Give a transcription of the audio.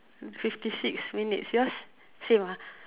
fifty six minutes yours same ah